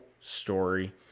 story